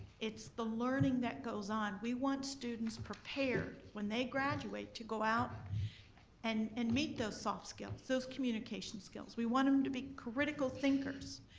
it's the learning that goes on. we want students prepared when they graduate to go out and and meet those soft skills, those communication skills. we want them to be critical thinkers,